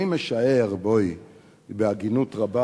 בהגינות רבה,